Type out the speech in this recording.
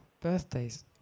birthdays